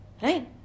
Right